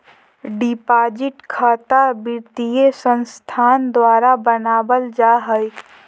deposit खता वित्तीय संस्थान द्वारा बनावल जा हइ